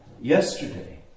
yesterday